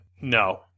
no